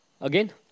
Again